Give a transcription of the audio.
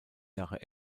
jahre